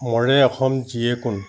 মৰে অসম জীয়ে কোন